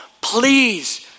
Please